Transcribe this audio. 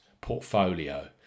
portfolio